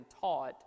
taught